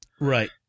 Right